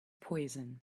poison